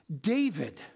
David